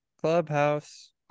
Clubhouse